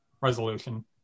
resolution